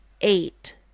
eight